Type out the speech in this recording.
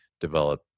develop